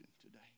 today